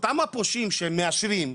אותם הפושעים שמאשרים,